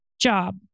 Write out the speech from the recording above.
job